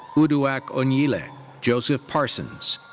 uduak onyile. and joseph parsons.